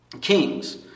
Kings